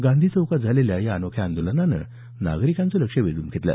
गांधी चौकात झालेल्या या अनोख्या आंदोलनानं नागरिकांचं लक्ष वेधून घेतलं